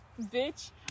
bitch